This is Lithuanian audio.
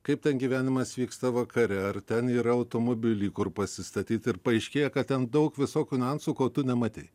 kaip ten gyvenimas vyksta vakare ar ten yra automobilį kur pasistatyt ir paaiškėja kad ten daug visokių niuansų ko tu nematei